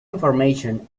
information